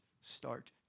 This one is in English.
start